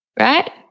right